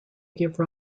give